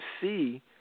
see